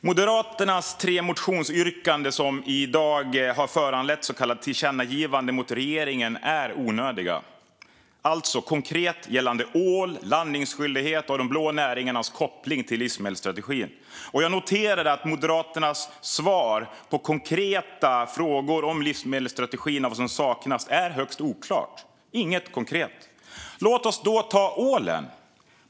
Moderaternas tre motionsyrkanden som har föranlett dagens så kallade tillkännagivande till regeringen är onödiga, alltså konkret gällande ål, landningsskyldighet och de blå näringarnas koppling till livsmedelsstrategin. Jag noterade att Moderaternas svar på frågorna om livsmedelsstrategin och vad som saknas var högst oklara och inte innehöll något konkret. Låt oss ta ålen som exempel.